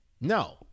No